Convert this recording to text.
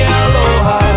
aloha